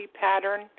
pattern